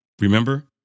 Remember